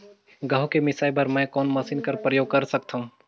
गहूं के मिसाई बर मै कोन मशीन कर प्रयोग कर सकधव?